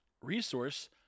resource